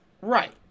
Right